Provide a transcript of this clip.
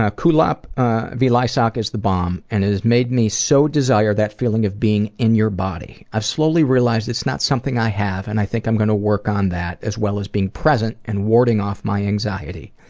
ah kulap ah vilaysack is the bomb and it has made me so desire that feeling of being in your body. i've slowly realized it's not something i have and i think i'm gonna work on that as well as being present in and warding off my anxiety.